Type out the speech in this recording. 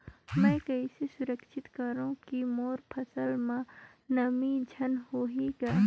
मैं कइसे सुरक्षित करो की मोर फसल म नमी झन होही ग?